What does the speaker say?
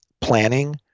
planning